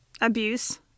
abuse